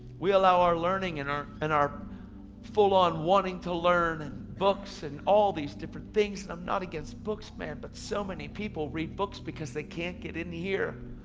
we allow our learning and our and our full-on wanting to learn in books, and all these different things. and i'm not against books, man. but so many people read books because they can't get in here.